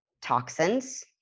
toxins